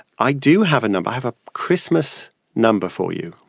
i do have a number. i have a christmas number for you.